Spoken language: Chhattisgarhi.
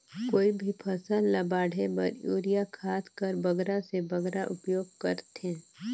कोई भी फसल ल बाढ़े बर युरिया खाद कर बगरा से बगरा उपयोग कर थें?